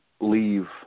leave